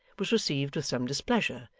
was received with some displeasure,